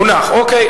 הונח, אוקיי.